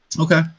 Okay